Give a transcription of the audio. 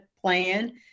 plan